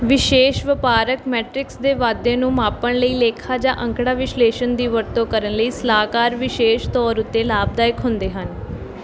ਵਿਸ਼ੇਸ਼ ਵਪਾਰਕ ਮੈਟ੍ਰਿਕਸ ਦੇ ਵਾਧੇ ਨੂੰ ਮਾਪਣ ਲਈ ਲੇਖਾ ਜਾਂ ਅੰਕੜਾ ਵਿਸ਼ਲੇਸ਼ਣ ਦੀ ਵਰਤੋਂ ਕਰਨ ਲਈ ਸਲਾਹਕਾਰ ਵਿਸ਼ੇਸ਼ ਤੌਰ ਉੱਤੇ ਲਾਭਦਾਇਕ ਹੁੰਦੇ ਹਨ